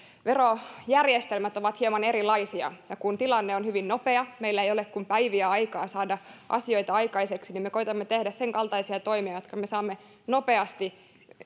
verojärjestelmät ovat hieman erilaisia ja kun tilanne on hyvin nopea meillä ei ole kuin päiviä aikaa saada asioita aikaiseksi niin me koetamme tehdä sen kaltaisia toimia jotka me saamme nopeasti